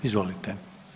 Izvolite.